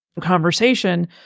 conversation